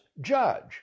judge